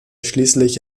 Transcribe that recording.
schließlich